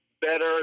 better